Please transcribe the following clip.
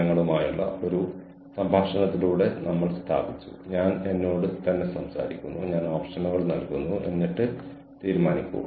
നിങ്ങളെല്ലാവരും ഈ കസേരകളിൽ ഇരിക്കുകയാണെന്നും കൂടാതെ ഞാൻ നിങ്ങളോട് മുഖാമുഖം സംസാരിക്കുന്നുവെന്നും ഞാൻ സങ്കൽപ്പിക്കാൻ ശ്രമിക്കുന്നു